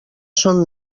són